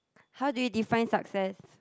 how do you define success